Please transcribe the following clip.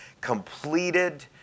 completed